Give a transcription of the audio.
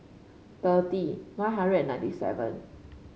thirty nine hundred and ninety seven